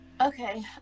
okay